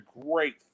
great